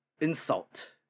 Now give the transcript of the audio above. insult